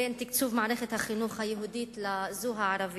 בין תקצוב מערכת החינוך היהודית לזו הערבית.